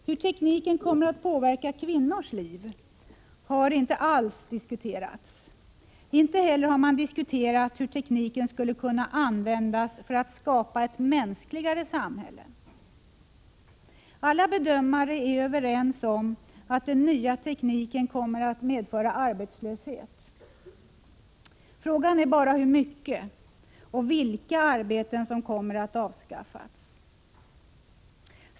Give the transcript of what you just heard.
; Hur tekniken kommer att påverka kvinnors liv har inte alls diskuterats. Inte heller har man diskuterat hur tekniken skulle kunna användas för att skapa ett mänskligare samhälle. Alla bedömare är överens om att den nya tekniken kommer att medföra arbetslöshet. Frågan är bara hur mycket och vilka arbeten som kommer att avskaffas.